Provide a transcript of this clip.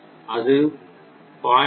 இது 0